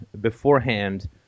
beforehand